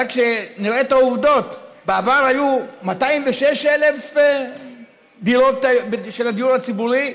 רק שנראה את העובדות: בעבר היו 206,000 דירות של הדיור הציבורי,